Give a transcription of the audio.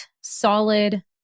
solid